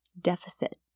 deficit